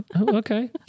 Okay